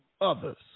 others